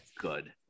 good